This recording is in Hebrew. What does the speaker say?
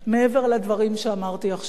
מעבר לדברים שאמרתי עכשיו.